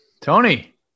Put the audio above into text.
Tony